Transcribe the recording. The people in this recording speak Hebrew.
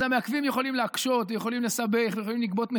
אז המעכבים יכולים להקשות ויכולים לסבך ויכולים לגבות מחירים,